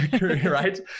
Right